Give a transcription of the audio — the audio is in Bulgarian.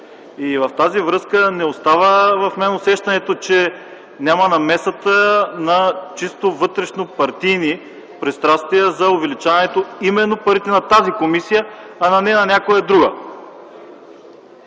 В тази връзка не остава в мен усещането, че няма намесата на чисто вътрешнопартийни пристрастия за увеличаването – именно парите на тази комисия, а не на някоя друга.